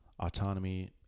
autonomy